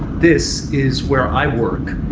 this is where i work.